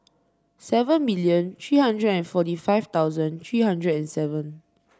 seven million three hundred forty five thousand three hundred and seven